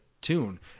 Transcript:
tune